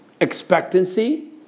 expectancy